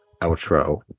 outro